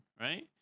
right